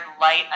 light